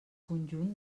conjunt